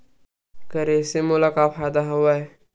करे से मोला का का फ़ायदा हवय?